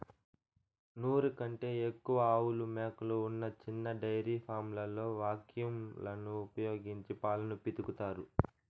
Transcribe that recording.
నూరు కంటే ఎక్కువ ఆవులు, మేకలు ఉన్న చిన్న డెయిరీ ఫామ్లలో వాక్యూమ్ లను ఉపయోగించి పాలను పితుకుతారు